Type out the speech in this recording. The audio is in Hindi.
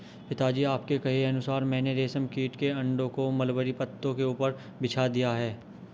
पिताजी आपके कहे अनुसार मैंने रेशम कीट के अंडों को मलबरी पत्तों के ऊपर बिछा दिया है